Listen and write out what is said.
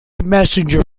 messenger